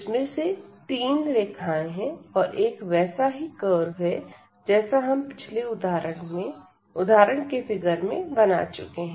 इनमें से तीन रेखाएं हैं और एक वैसा ही कर्व है जैसा हम पिछले उदाहरण के फिगर में बना चुके हैं